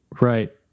right